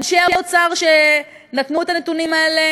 אנשי האוצר שנתנו את הנתונים האלה